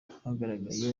hagaragaye